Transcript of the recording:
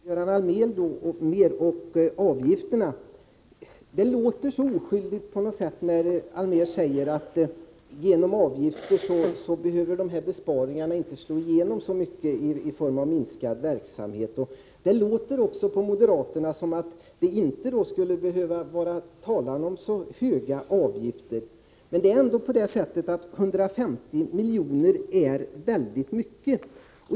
Herr talman! Jag vill börja med att säga några ord till Göran Allmér om avgifterna. Det låter oskyldigt när Göran Allmér säger att besparingarna inte behöver slå igenom alltför mycket i form av minskad verksamhet om man inför avgifter. Det låter också på moderaterna som om det inte skulle behöva vara tal om särskilt höga avgifter. Men 150 milj.kr. är ändå väldigt mycket.